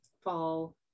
fall